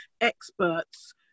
experts